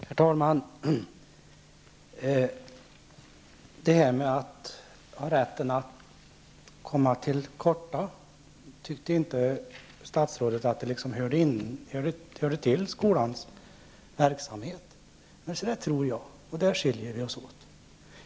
Herr talman! Rätten att komma till korta tyckte inte statsrådet hörde till skolans verksamhet. Men se det tror jag, och där skiljer vi oss åt.